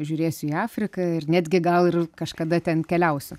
žiūrėsiu į afriką ir netgi gal ir kažkada ten keliausiu